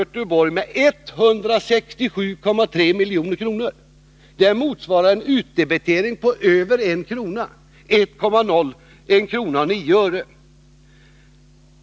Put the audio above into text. Men så blev det slutligen en ”kompromiss”.